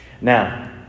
Now